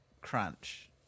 crunch